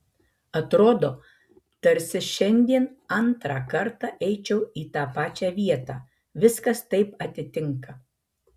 atrodo tarsi šiandien antrą kartą eičiau į tą pačią vietą viskas taip atitinka